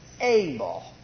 able